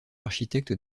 architecte